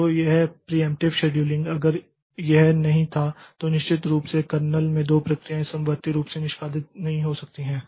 तो यह preemptive scheduling अगर यह नहीं था तो निश्चित रूप से कर्नेल में दो प्रक्रियाएँ समवर्ती रूप से निष्पादित नहीं हो सकती हैं